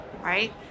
right